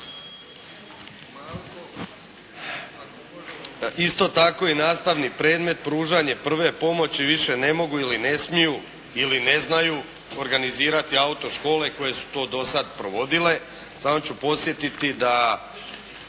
Isto tako i nastavni predmet pružanja prve pomoći više ne mogu ili ne smiju ili ne znaju organizirati autoškole koje su to dosad provodile. Samo ću podsjetiti da